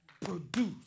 produce